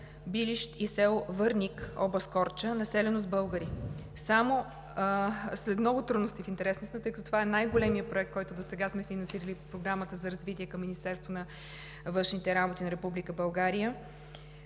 Билищ и село Върник, област Корча, населено с българи. След много трудности, тъй като това е най-големият проект, който досега сме финансирали по Програмата за развитие към Министерството на външните работи на Република България,